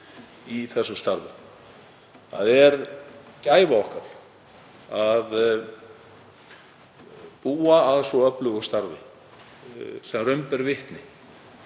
Það er gæfa okkar að búa að svo öflugu starfi sem raun ber vitni